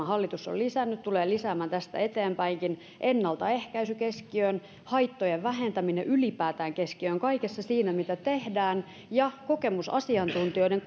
hallitus on lisännyt tulee lisäämään tästä eteenpäinkin ennaltaehkäisy keskiöön haittojen vähentäminen ylipäätään keskiöön kaikessa siinä mitä tehdään ja kokemusasiantuntijoiden